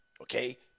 Okay